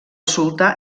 sultà